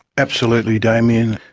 absolutely damien.